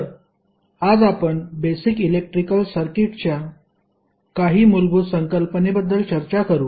तर आज आपण बेसिक इलेक्ट्रिकल सर्किटच्या काही मूलभूत संकल्पनेबद्दल चर्चा करू